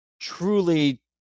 truly